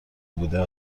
بوده